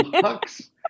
Blocks